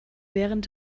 während